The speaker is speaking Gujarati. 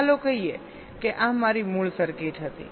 ચાલો કહીએ કે આ મારી મૂળ સર્કિટ હતી